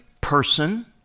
person